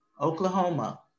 Oklahoma